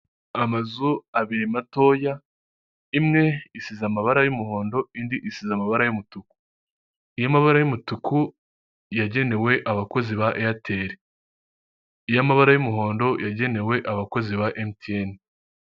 Amazu abiri matoya imwe isize amabara y’umuhondo, indi isize amabara y’umutuku, iyamabara y’umutuku yagenewe abakozi ba eyateri, iy'amabara y’umuhondo yagenewe abakozi ba emutiyeni.